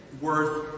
worth